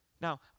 Now